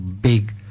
big